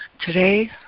Today